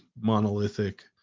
monolithic